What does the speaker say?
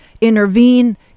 intervene